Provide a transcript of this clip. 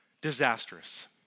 disastrous